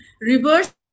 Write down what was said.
reverse